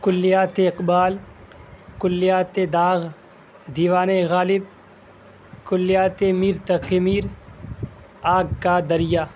کلیاتِ اقبال کلیاتِ داغ دیوانِ غالب کلیاتِ میر تقی میر آگ کا دریا